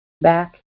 back